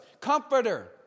comforter